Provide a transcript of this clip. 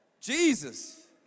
Jesus